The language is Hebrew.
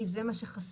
כי זה מה שחסר.